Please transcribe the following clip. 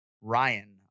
Ryan